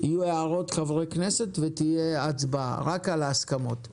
יהיו הערות חברי כנסת ותהיה הצבעה רק על ההסכמות.